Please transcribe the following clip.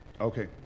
okay